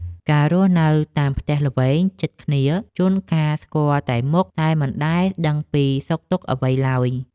ការរស់នៅតាមផ្ទះល្វែងជិតគ្នាជួនកាលស្គាល់តែមុខតែមិនដែលដឹងពីសុខទុក្ខអ្វីឡើយ។